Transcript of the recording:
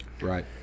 Right